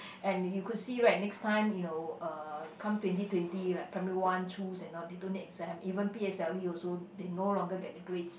and you could see right next time you know uh come twenty twenty like primary one two and all they don't need exam even p_s_l_e also they no longer get the grades